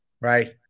Right